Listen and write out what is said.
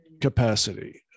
capacity